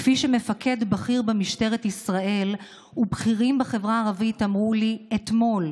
כפי שמפקד בכיר במשטרת ישראל ובכירים בחברה הערבית אמרו לי אתמול,